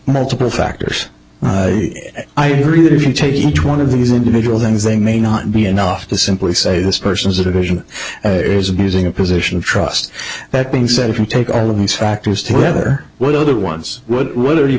multiple factors i agree that if you take each one of these individual things they may not be enough to simply say this person's iteration is abusing a position of trust that being said if you take all of these factors together what other ones w